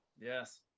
Yes